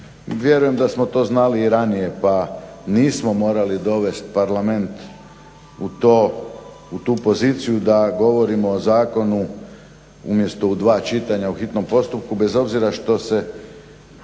Vjerujem da smo to znali i ranije pa nismo morali dovesti Parlament u to, u tu poziciju da govorimo o zakonu umjesto u dva čitanja u hitnom postupku bez obzira što se